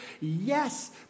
Yes